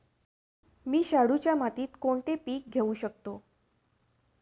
मी शाडूच्या मातीत कोणते पीक घेवू शकतो?